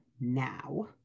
now